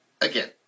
again